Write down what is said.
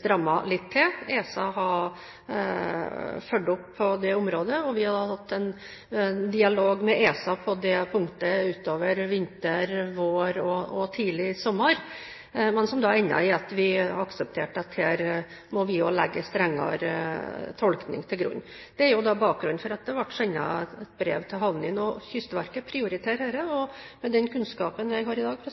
stramme litt til. ESA har fulgt opp på det området, og vi har hatt en dialog med ESA på det punktet utover vinteren, våren og tidlig sommer. Den endte med at vi aksepterte at her må vi også legge en strengere tolkning til grunn. Det er bakgrunnen for at det ble sendt et brev til havnene, og Kystverket prioriterer dette. Med den kunnskapen jeg har i dag,